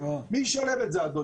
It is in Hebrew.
מי ישלם את זה, אדוני?